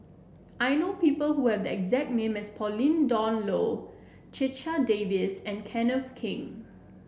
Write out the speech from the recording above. I know people who have the exact name as Pauline Dawn Loh Checha Davies and Kenneth Keng